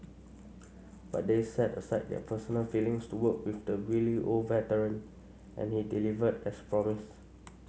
but they set aside their personal feelings to work with the wily old veteran and he delivered as promised